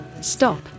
Stop